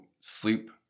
sleep